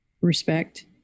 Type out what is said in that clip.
respect